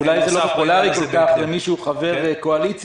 אולי זה לא פופולרי כל כך למי שהוא חבר קואליציה,